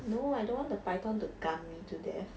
no I don't want the python to 干 me to death